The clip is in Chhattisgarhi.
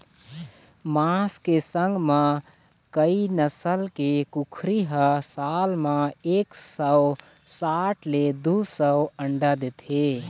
मांस के संग म कइ नसल के कुकरी ह साल म एक सौ साठ ले दू सौ अंडा देथे